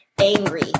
angry